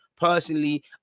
Personally